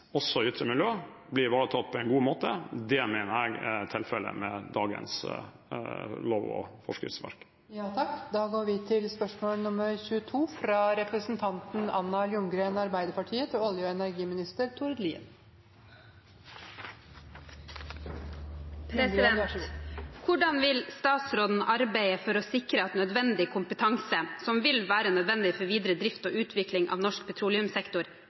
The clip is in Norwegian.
også ytre miljø – blir ivaretatt på en god måte. Det mener jeg er tilfellet med dagens lov- og forskriftsverk. «Hvordan vil statsråden arbeide for å sikre at nødvendig kompetanse, som vil være nødvendig for videre drift og utvikling av norsk